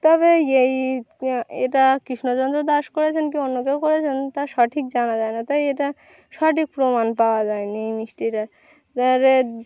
তবে এই এটা কৃষ্ণচন্দ্র দাস করেছেন কি অন্য কেউ করেছেন তা সঠিক জানা যায় না তাই এটা সঠিক প্রমাণ পাওয়া যায় নি এই মিষ্টিটার